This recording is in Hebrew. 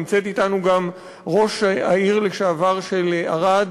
נמצאת אתנו גם ראש העיר לשעבר של ערד,